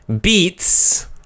beats